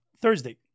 Thursday